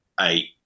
eight